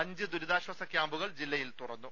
അഞ്ച് ദുരി താശ്ചാസ ക്യാമ്പുകൾ ജില്ലയിൽ തുറന്നു